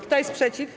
Kto jest przeciw?